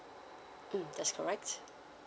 mm that's correct